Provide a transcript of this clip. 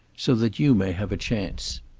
so that you may have a chance.